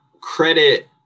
credit